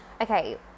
Okay